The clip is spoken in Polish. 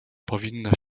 powinna